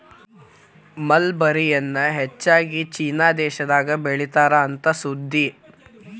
mulberry ಎನ್ನಾ ಹೆಚ್ಚಾಗಿ China ದೇಶದಾಗ ಬೇಳಿತಾರ ಅಂತ ಸುದ್ದಿ